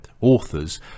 authors